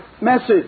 message